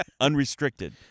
Unrestricted